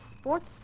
sports